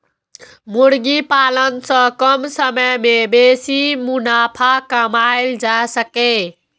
मुर्गी पालन सं कम समय मे बेसी मुनाफा कमाएल जा सकैए